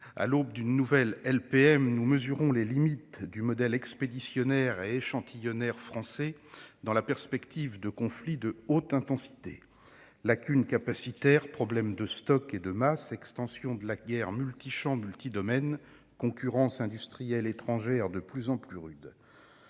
programmation militaire, nous mesurons les limites du modèle expéditionnaire et échantillonnaire français dans la perspective de la survenue de conflits de haute intensité : lacunes capacitaires, problèmes de stocks et de masse, extension de la guerre multichamps-multidomaines, concurrence industrielle étrangère de plus en plus rude